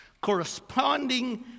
corresponding